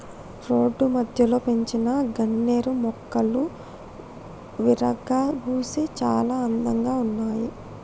road మధ్యలో పెంచిన గన్నేరు మొక్కలు విరగబూసి చాలా అందంగా ఉన్నాయి